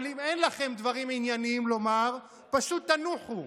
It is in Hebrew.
אבל אם אין לכם דברים ענייניים לומר, פשוט תנוחו.